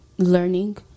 Learning